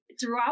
throughout